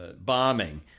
bombing